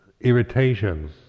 irritations